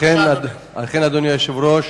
אדוני היושב-ראש,